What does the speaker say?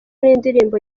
n’indirimbo